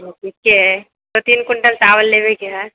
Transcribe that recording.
ठीके है दू तीन क्विंटल चावल लेबैके है